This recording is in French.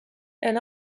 elle